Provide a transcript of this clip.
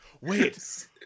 wait